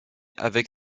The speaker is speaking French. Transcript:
avec